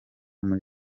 muri